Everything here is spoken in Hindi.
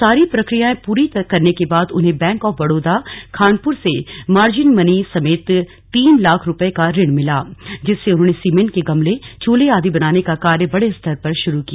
सारी प्रक्रियाएं पूरी करने के बाद उन्हें बैंक ऑफ बड़ौदा खानपुर से मार्जिन मनी समेत तीन लाख रुपए का ऋण मिला जिससे उन्होंने सीमेंट के गमले चूल्हे आदि बनाने का कार्य बड़े स्तर पर शुरू किया